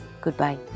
goodbye